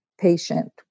patient